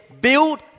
build